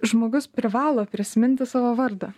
žmogus privalo prisiminti savo vardą